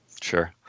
Sure